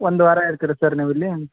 ಒಂದು ವಾರ ಇರ್ತೀರಾ ಸರ್ ನೀವು ಇಲ್ಲಿ